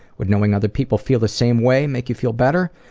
would knowing other people feel the same way make you feel better?